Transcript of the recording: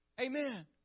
Amen